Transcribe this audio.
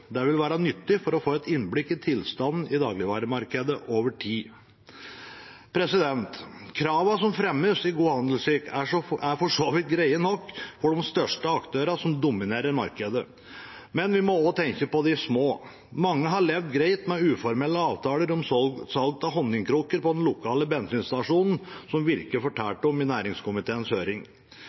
Det vil være nyttig for å få et innblikk i tilstanden i dagligvaremarkedet over tid. Kravene som fremmes om god handelsskikk, er for så vidt greie nok for de største aktørene som dominerer markedet, men vi må også tenke på de små. Mange har levd greit med uformelle avtaler om salg av honningkrukker på den lokale bensinstasjonen, slik Virke fortalte om i næringskomiteens høring.